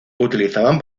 utilizaban